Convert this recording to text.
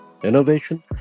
innovation